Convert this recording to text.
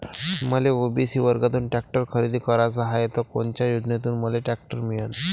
मले ओ.बी.सी वर्गातून टॅक्टर खरेदी कराचा हाये त कोनच्या योजनेतून मले टॅक्टर मिळन?